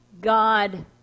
God